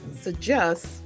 suggest